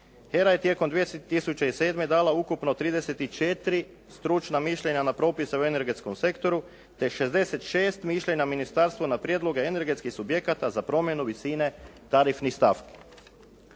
HERA je tijekom 2007. dala ukupno 34 stručna mišljenja na propis o energetskom sektoru te 66 mišljenja ministarstvu na prijedloge energetskih subjekata za promjene visine tarifnih stavki.